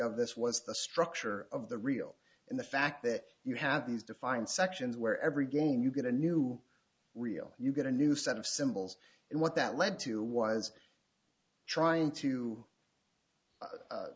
of this was the structure of the real in the fact that you had these defined sections where every game you get a new real you get a new set of symbols and what that led to was trying to